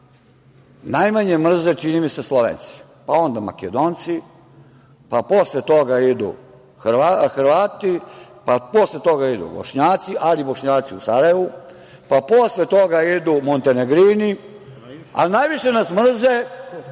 najmanje mrze čini mi se Slovenci, pa onda Makedonci, pa posle toga idu Hrvati, pa posle toga idu Bošnjaci, ali Bošnjaci u Sarajevu, pa posle toga idu Montenegrini, a najviše nas mrze